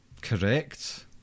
Correct